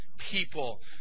people